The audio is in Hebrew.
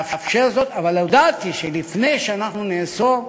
לאפשר זאת, אבל הודעתי שלפני שאנחנו נאסור,